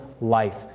life